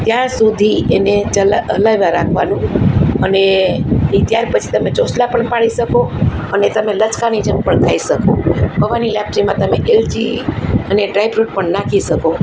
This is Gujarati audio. ત્યાં સુધી એને હલાવ્યા રાખવાનું અને એ ત્યાર પછી તમે ચોસલા પણ પાડી શકો અને તમે લચકાની જેમ પણ ખાઈ શકો પોંઆની લાપસીમાં તમે એલચી અને ડ્રાયફ્રૂટ પણ નાખી શકો